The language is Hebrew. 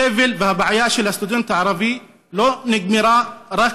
הסבל והבעיה של הסטודנט הערבי לא נגמרים רק